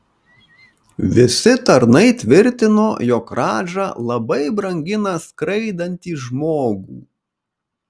visi tarnai tvirtino jog radža labai brangina skraidantį žmogų